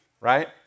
Right